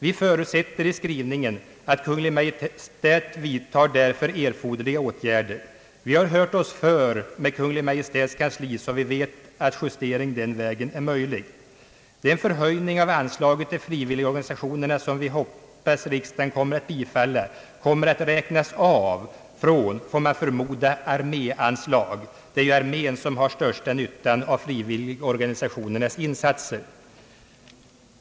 Vi förutsätter i skrivningen att Kungl. Maj:t vidtar därför erforderliga åtgärder. Vi har hört oss för med Kungl. Maj:t, så vi vet att justering den vägen är möjlig. Den höjning av anslagen till frivilligorganisationerna som vi hoppas riksdagen kommer att bifalla kommer — får man förmoda — att räknas av från arméanslaget. Det är ju armén som har största nyttan av frivilligorganisationernas insatser.